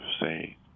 say